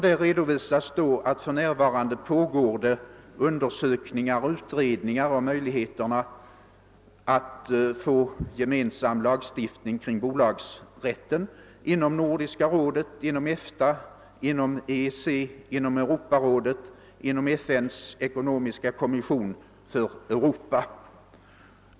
Där redovisas att det för närvarande pågår undersökningar och utredningar av möjligheter-, na att få gemensam lagstiftning om bolagsrätten inom Nordiska rådet, inom EFTA, inom EEC, inom Europarådet och inom FN:s ekonomiska kommission för Europa.